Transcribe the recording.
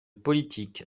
politique